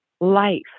life